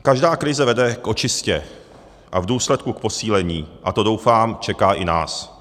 Každá krize vede k očistě a v důsledku k posílení a to, doufám, čeká i nás.